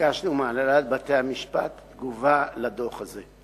ביקשנו מהנהלת בתי-המשפט תגובה על הדוח הזה.